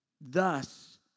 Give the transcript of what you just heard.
Thus